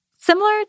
Similar